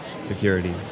security